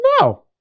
No